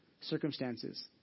circumstances